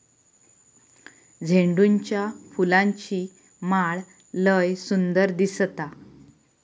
झेंडूच्या फुलांची माळ लय सुंदर दिसता